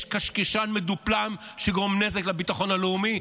יש קשקשן מדופלם שגורם נזק לביטחון הלאומי.